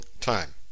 time